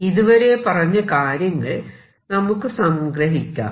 ഇതുവരെ പറഞ്ഞ കാര്യങ്ങൾ നമുക്ക് സംഗ്രഹിക്കാം